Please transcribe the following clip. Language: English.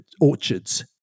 orchards